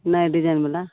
नहि डिजाइनबला